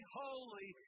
holy